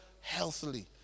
healthily